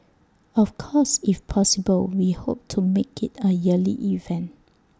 of course if possible we hope to make IT A yearly event